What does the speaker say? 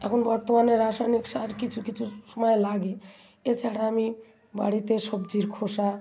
এখন বর্তমানে রাসায়নিক সার কিছু কিছু সময়ে লাগে এছাড়া আমি বাড়িতে সবজির খোসা